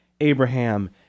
Abraham